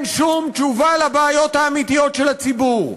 שום תשובה על הבעיות האמיתיות של הציבור.